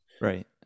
Right